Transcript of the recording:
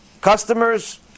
Customers